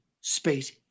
space